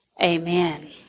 amen